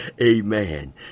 Amen